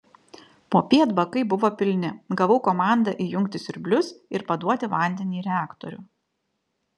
popiet bakai buvo pilni gavau komandą įjungti siurblius ir paduoti vandenį į reaktorių